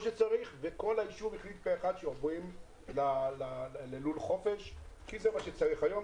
וכל היישוב החליט פה אחד שעובדים ללול חופש כי זה מה שצריך היום,